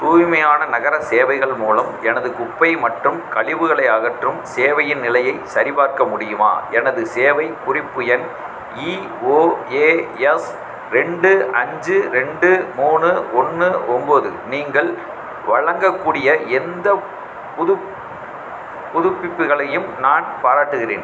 தூய்மையான நகர சேவைகள் மூலம் எனது குப்பை மற்றும் கழிவுகளை அகற்றும் சேவையின் நிலையைச் சரிபார்க்க முடியுமா எனது சேவை குறிப்பு எண் இஓஏஎஸ் ரெண்டு அஞ்சு ரெண்டு மூணு ஒன்று ஒம்பது நீங்கள் வழங்கக்கூடிய எந்த புதுப் புதுப்பிப்புகளையும் நான் பாராட்டுகிறேன்